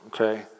okay